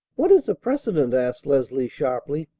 what is a precedent? asked leslie sharply.